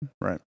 right